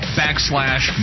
backslash